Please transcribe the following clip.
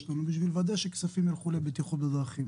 לנו בשביל לוודא שכספים יילכו לבטיחות בדרכים.